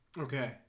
Okay